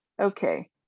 okay